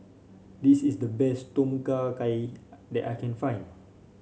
this is the best Tom Kha Gai that I can find